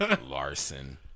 Larson